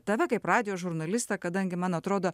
tave kaip radijo žurnalistą kadangi man atrodo